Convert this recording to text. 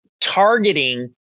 targeting